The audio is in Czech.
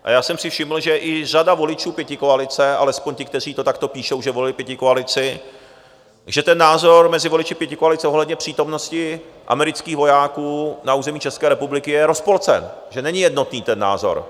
A já jsem si všiml, že i řada voličů pětikoalice, alespoň ti, kteří to takto píšou, že volili pětikoalici, že ten názor mezi voliči pětikoalice ohledně přítomnosti amerických vojáků na území České republiky je rozpolcen, že není jednotný ten názor.